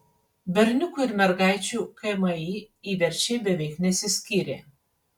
berniukų ir mergaičių kmi įverčiai beveik nesiskyrė